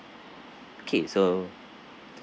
okay so